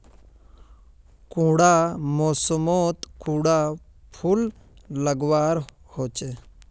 कुंडा मोसमोत कुंडा फुल लगवार होछै?